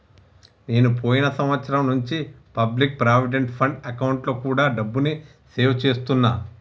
నేను పోయిన సంవత్సరం నుంచి పబ్లిక్ ప్రావిడెంట్ ఫండ్ అకౌంట్లో కూడా డబ్బుని సేవ్ చేస్తున్నా